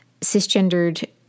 cisgendered